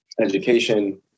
education